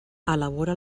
elabora